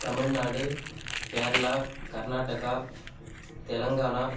Tamil Nadu Kerala Karnataka Telangana